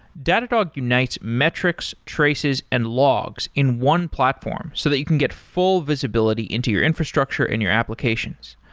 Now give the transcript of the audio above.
datadog unites metrics, traces and logs in one platform so that you can get full visibility into your infrastructure and your application.